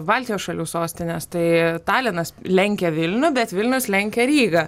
baltijos šalių sostines tai talinas lenkia vilnių bet vilnius lenkia rygą